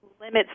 limits